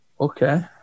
Okay